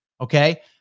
Okay